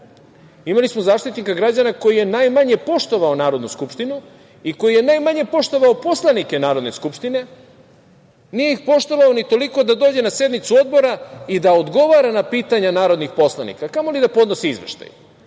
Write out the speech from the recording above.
izjave političke, koji je najmanje poštovao Narodnu skupštinu i koji je najmanje poštovao poslanike Narodne skupštine. Nije ih poštovao ni toliko da dođe na sednicu Odbora i da odgovara na pitanja narodnih poslanika, a kamoli da podnosi izveštaj. Da